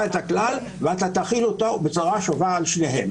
אתה תקבע את הכלל ותחיל אותו בצורה שווה על שניהם.